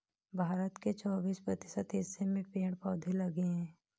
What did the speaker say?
भारत के चौबिस प्रतिशत हिस्से में पेड़ पौधे लगे हैं